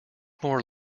more